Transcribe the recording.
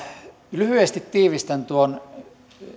lyhyesti tiivistän tuon